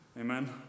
amen